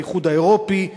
באיחוד האירופי,